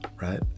right